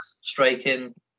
Striking